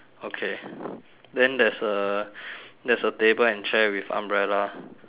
okay then there's a there's a table and chair with umbrella